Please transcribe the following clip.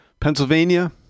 Pennsylvania